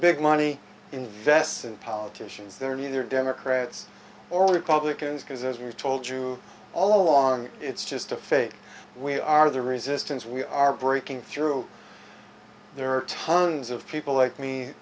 big money invests in politicians there are either democrats or republicans because as you told you all along it's just a fake we are the resistance we are breaking through there are tons of people like me